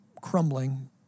crumbling